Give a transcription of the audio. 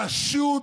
פשוט